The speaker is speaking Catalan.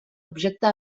objecte